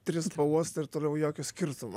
tris pauostai ir toliau jokio skirtumo